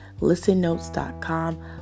ListenNotes.com